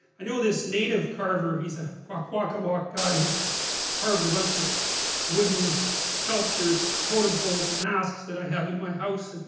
i know this native carver, he's a kwakwaka'wakw guy. he's carved a bunch of wooden sculptures, totem poles and masks that i have at my house.